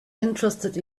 interested